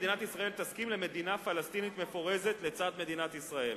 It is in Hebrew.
מדינת ישראל תסכים למדינה פלסטינית מפורזת לצד מדינת ישראל.